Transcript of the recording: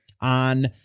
on